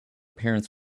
parents